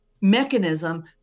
mechanism